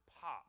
pop